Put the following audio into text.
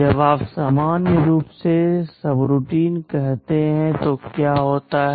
जब आप सामान्य रूप से सबरूटीन कहते हैं तो क्या होता है